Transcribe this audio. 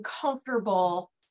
comfortable